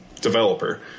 developer